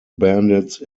bandits